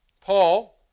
Paul